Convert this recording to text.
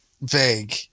vague